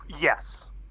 yes